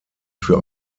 für